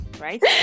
right